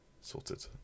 Sorted